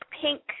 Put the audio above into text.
pink